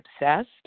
obsessed